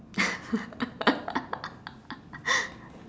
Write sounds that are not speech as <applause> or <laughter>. <laughs>